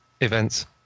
events